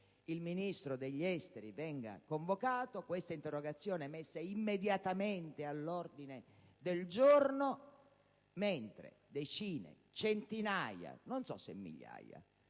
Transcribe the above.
il Ministro degli affari esteri venga convocato, questa interrogazione venga messa immediatamente all'ordine del giorno, mentre decine, centinaia, non so se migliaia